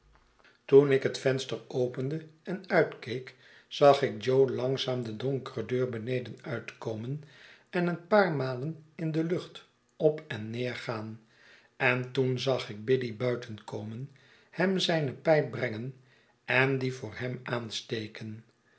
toen ik het venster opende en uitkeek zag ik jo langzaam de donkere deur beneden uitkomen en een paar malen in de lucht op en neergaan en toen zag ik biddy buiten komen hem zijne pijp brengen en die voor hem aansteken